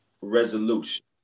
resolution